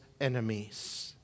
enemies